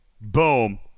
boom